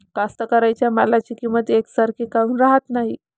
कास्तकाराइच्या मालाची किंमत यकसारखी काऊन राहत नाई?